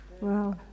Wow